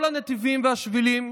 כל הנתיבים והשבילים